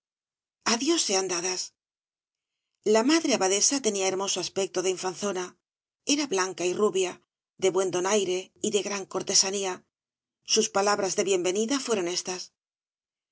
sean dadas la madre abadesa tenía hermoso aspecto de infanzona era blanca y rubia de buen donaire y de gran cortesanía sus palabras de bienvenida fueron éstas